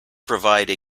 provide